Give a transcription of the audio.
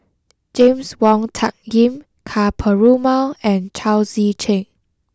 James Wong Tuck Yim Ka Perumal and Chao Tzee Cheng